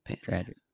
Tragic